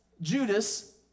Judas